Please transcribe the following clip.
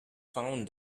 found